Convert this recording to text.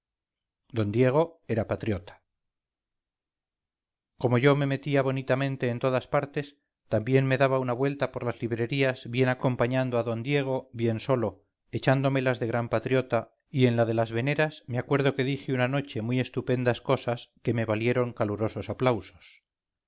d diego era patriota como yo me metía bonitamente en todas partes también me daba una vuelta por las librerías bien acompañando a d diego bien solo echándomelas de gran patriota y en la de las veneras me acuerdo que dije una noche muy estupendas cosas que me valieron calurosos aplausos